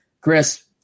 Chris